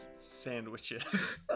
sandwiches